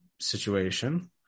situation